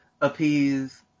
appease